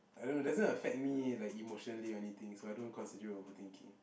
I don't know doesn't affect me like emotionally or anything so I don't consider it overthinking